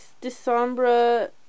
December